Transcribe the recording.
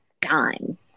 dime